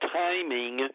timing